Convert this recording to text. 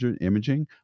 imaging